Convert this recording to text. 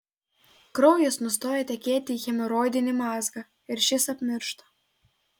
kraujas nustoja tekėti į hemoroidinį mazgą ir šis apmiršta